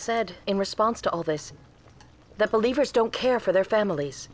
said in response to all this the believers don't care for their families